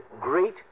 great